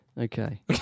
okay